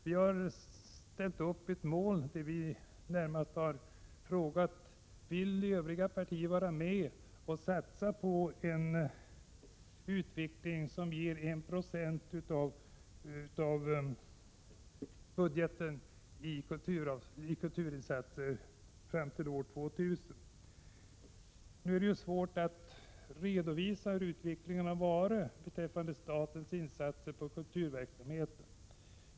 Vi har ställt upp ett mål, och vi har frågat övriga partier om de vill vara med om en satsning som skulle innebära att 1 90 av budgeten fram till år 2000 satsas på kulturen. Det är svårt att redovisa den utveckling som skett av statens insatser för kulturverksamheten.